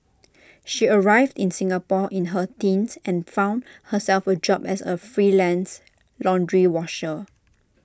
she arrived in Singapore in her teens and found herself A job as A freelance laundry washer